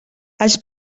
els